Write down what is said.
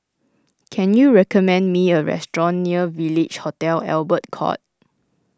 can you recommend me a restaurant near Village Hotel Albert Court